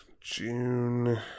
June